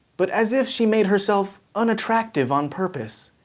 but as if she made herself unattractive on purpose.